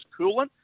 Coolant